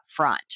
upfront